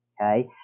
okay